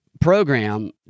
program